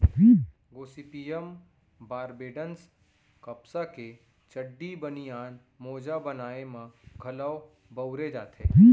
Gossypium बारबेडॅन्स कपसा के चड्डी, बनियान, मोजा बनाए म घलौ बउरे जाथे